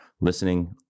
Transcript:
listening